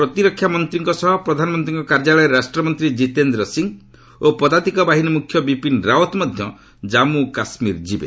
ପ୍ରତିରକ୍ଷା ମନ୍ତ୍ରୀଙ୍କ ସହ ପ୍ରଧାନମନ୍ତ୍ରୀଙ୍କ କାର୍ଯ୍ୟାଳୟରେ ରାଷ୍ଟ୍ରମନ୍ତ୍ରୀ ଜୀତେନ୍ଦ୍ର ସିଂହ ଓ ପଦାତିକ ବାହିନୀ ମୁଖ୍ୟ ବିପିନ୍ ରାଓ୍ୱତ୍ ମଧ୍ୟ ଜାମ୍ମୁ କାଶ୍ମୀର ଯିବେ